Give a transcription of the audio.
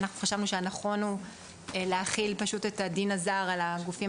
אנחנו חשבנו שהנכון הוא להחיל את הדין הזר על הגופים